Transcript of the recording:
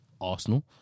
Arsenal